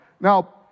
Now